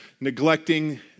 neglecting